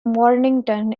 mornington